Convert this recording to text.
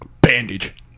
Bandage